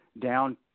Down